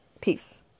Peace